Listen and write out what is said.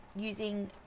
using